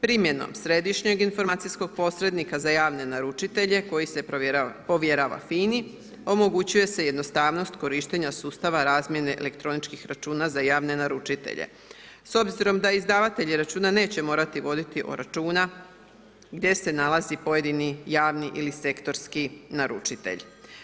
Primjenom središnjeg informacijskog posrednika za javne naručitelje koji se povjerava FINA-i, omogućuje se jednostavnost korištenja sustava razmjene elektroničkih računa za javne naručitelje s obzirom da izdavatelji računa neće morati voditi računa gdje se nalazi pojedini javni ili sektorski naručitelj.